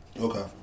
Okay